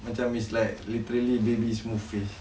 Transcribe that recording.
macam it's like literally baby smooth face